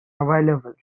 available